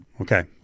Okay